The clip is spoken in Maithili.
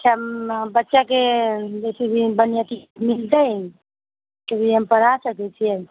बच्चाके जैसे बढ़िआँ मिलतै अभी हम पढ़ा सकैत छियै